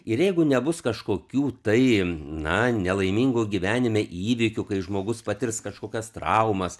ir jeigu nebus kažkokių tai na nelaimingų gyvenime įvykių kai žmogus patirs kažkokias traumas